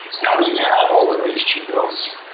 now that you have all of these genomes,